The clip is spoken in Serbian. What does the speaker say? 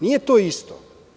Nije to isto.